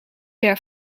jaar